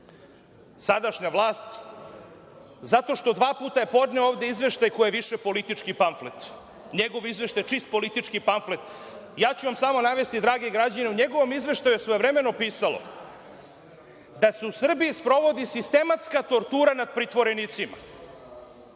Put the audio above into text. sadašnja vlast, zato što je dva puta podneo ovde izveštaj koji je više politički pamflet. NJegov izveštaj je čist politički pamflet. Samo ću vam navesti, dragi građani, u njegovom izveštaju je svojevremeno pisalo da se u Srbiji sprovodi sistematska tortura nad pritvorenicima.